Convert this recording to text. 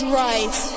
right